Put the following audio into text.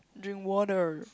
drink water